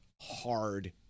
hard